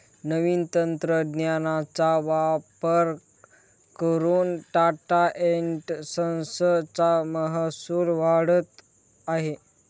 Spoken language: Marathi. नवीन तंत्रज्ञानाचा वापर करून टाटा एन्ड संस चा महसूल वाढत आहे